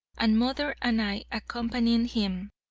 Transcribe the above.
and mother and i, accompanying him,